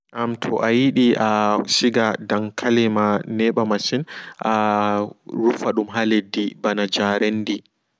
To'a yidi aasiga dankalima neɓa masin aa rufadum ha leddi ɓana jarendi.